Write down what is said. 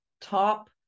top